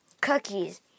cookies